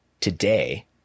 today